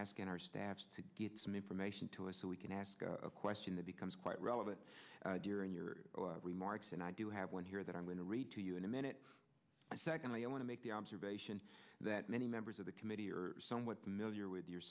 asking our staffs to get some information to us so we can ask a question that becomes quite relevant during your remarks and i do have one here that i'm going to read to you in a minute secondly i want to make the observation that many members of the committee are somewhat familiar with your